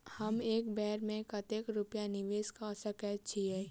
हम एक बेर मे कतेक रूपया निवेश कऽ सकैत छीयै?